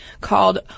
called